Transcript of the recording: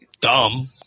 dumb